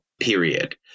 period